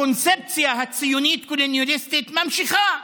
הקונספציה הציונית קולוניאליסטית ממשיכה.